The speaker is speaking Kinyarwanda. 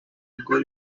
igor